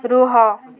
ରୁହ